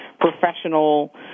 professional